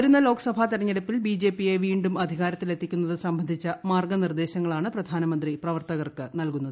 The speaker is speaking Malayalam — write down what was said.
വരുന്ന ലോക്സഭാ തിരഞ്ഞെടുപ്പിൽ ബി ജെ പിയെ വീണ്ടും അധികാരത്തിൽ എത്തിക്കുന്നത് സംബന്ധിച്ച മാർഗ്ഗനിർദ്ദേശങ്ങളാണ് പ്രധാനമന്ത്രി പ്രവർത്തകർക്ക് നൽകുന്നത്